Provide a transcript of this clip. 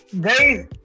guys